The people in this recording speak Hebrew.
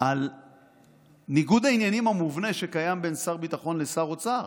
על ניגוד העניינים המובנה שקיים בין שר ביטחון לשר אוצר.